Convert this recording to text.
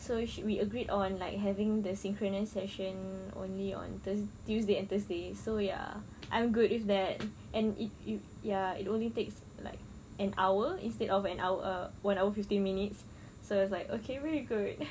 so she we agreed on like having the synchronisation only on thurs~ tuesday and thursday so ya I'm good with that and if you ya it only takes like an hour instead of an hour one hour fifteen minutes so it's like okay very good